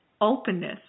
openness